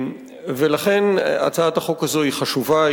לכן הצעת החוק הזאת היא חשובה,